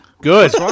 Good